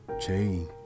chain